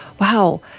wow